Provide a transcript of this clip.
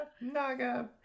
Naga